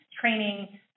training